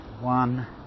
One